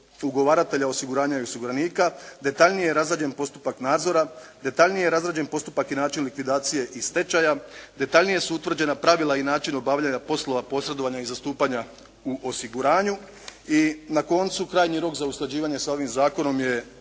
ugovaratelja osiguranja i osiguranika, detaljnije je razrađen postupak nadzora detaljnije razrađen postupak i način likvidacije i stečaja, detaljnije su utvrđena pravila i način obavljanja poslova posredovanja i zastupanja u osiguranju i na koncu krajnji rok za usklađivanje sa ovim zakonom je